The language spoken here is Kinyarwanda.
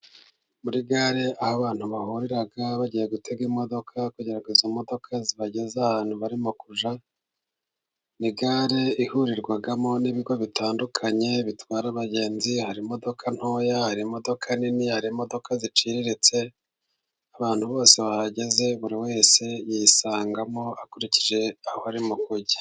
Muri gare aho abantu bahurira bagiye gutega imodoka, kugira ngo izo modoka zibageza ahantu barimo kujya, ni gare ihurirwamo ni ibigo bitandukanye bitwara abagenzi, hari imodoka ntoya, hari imodoka nini, hari imodoka ziciriritse, abantu bose bahageze buri wese yisangamo akurikije aho arimo kujya.